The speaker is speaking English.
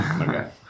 Okay